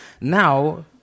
now